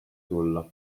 tulla